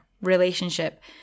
relationship